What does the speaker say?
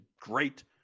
great